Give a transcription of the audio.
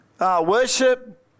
worship